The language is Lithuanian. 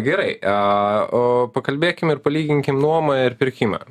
gerai a o pakalbėkim ir palyginkim nuomą ir pirkimą